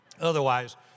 Otherwise